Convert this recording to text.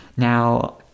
Now